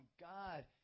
God